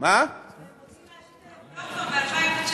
הם רוצים להשית בלו ב-2019.